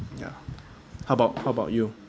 ya how about how about you